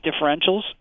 differentials